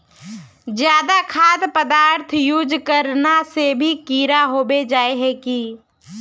ज्यादा खाद पदार्थ यूज करना से भी कीड़ा होबे जाए है की?